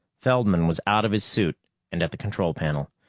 feldman was out of his suit and at the control panel.